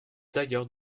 d’ailleurs